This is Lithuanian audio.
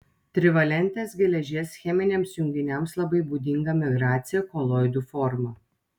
trivalentės geležies cheminiams junginiams labai būdinga migracija koloidų forma